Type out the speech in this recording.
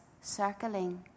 circling